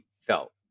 felt